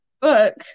book